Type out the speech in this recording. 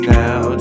now